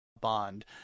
bond